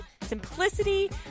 simplicity